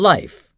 Life